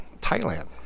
Thailand